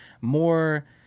more